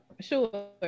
Sure